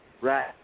right